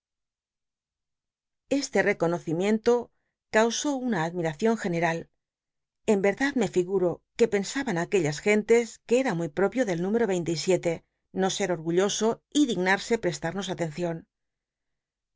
este reconocimien to causó una admiracion general en yerdad me figuro que pensaban aquella gentes que era muy propio del número no ser orgulloso y digna rsc prestarnos atendon